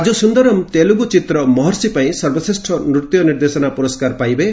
ରାଜୁ ସୁନ୍ଦରମ୍ ତେଲୁଗୁ ଚିତ୍ର 'ମହର୍ଷି' ପାଇଁ ସର୍ବଶ୍ରେଷ ନୂତ୍ୟ ନିର୍ଦ୍ଦେଶନା ପୁରସ୍କାର ପାଇବେ